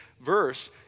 verse